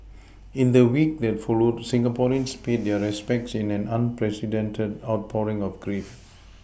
in the week that followed Singaporeans paid their respects in an unprecedented outpouring of grief